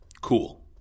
Cool